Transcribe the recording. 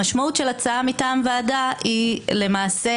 המשמעות של הצעה מטעם ועדה היא למעשה